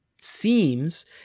seems